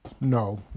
no